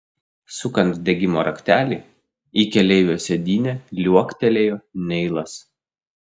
sukant degimo raktelį į keleivio sėdynę liuoktelėjo neilas